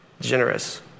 generous